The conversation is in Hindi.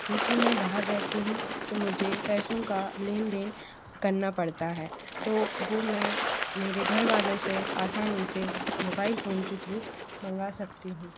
क्योंकि मैं बाहर रहती हूँ तो मुझे पैसों का लेन देन करना पड़ता है तो वो मैं मेरे घर वालों से आसानी से मोबाइल फ़ोन के थ्रू मंगा सकती हूँ